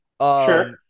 Sure